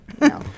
no